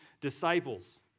disciples